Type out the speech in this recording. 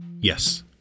Yes